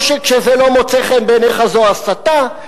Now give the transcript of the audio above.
או שכשזה לא מוצא חן בעיניך זו הסתה,